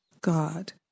God